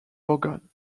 vaughan